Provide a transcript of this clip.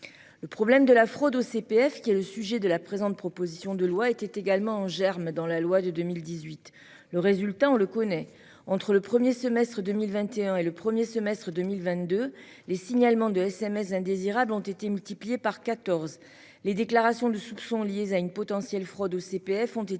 Le problème de la fraude au CPF qui est le sujet de la présente, proposition de loi était également en germe dans la loi de 2018, le résultat on le connaît. Entre le 1er semestre 2021 et le premier semestre 2022, les signalements de SMS indésirables ont été multipliés par 14. Les déclarations de soupçons liées à une potentielle fraudes au CPF ont été